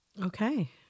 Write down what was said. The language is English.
Okay